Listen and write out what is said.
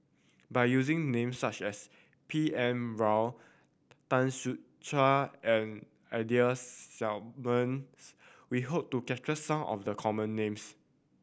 by using names such as B N Rao Tan Ser Cher and Ida Simmons we hope to capture some of the common names